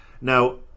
now